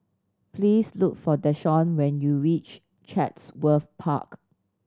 please look for Deshaun when you reach Chatsworth Park